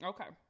Okay